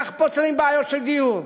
כך פותרים בעיות של דיור,